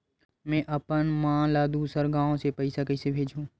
में अपन मा ला दुसर गांव से पईसा कइसे भेजहु?